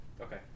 Okay